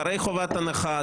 אחרי חובת הנחה.